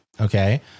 Okay